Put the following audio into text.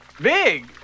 big